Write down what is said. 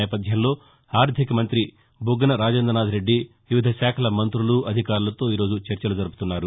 నేపథ్యంలో ఆర్టిక మంతి బుగ్గన రాజేందనాథ్ రెడ్డి వివిధ శాఖల మంతులు అధికారులతో ఈ రోజు చర్చలు జరుపుతున్నారు